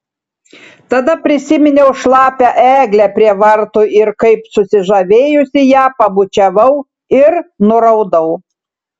tada prisiminiau šlapią eglę prie vartų ir kaip susižavėjusi ją pabučiavau ir nuraudau